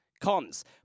Cons